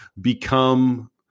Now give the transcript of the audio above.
become